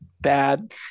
bad